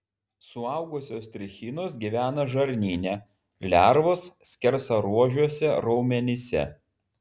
suaugusios trichinos gyvena žarnyne lervos skersaruožiuose raumenyse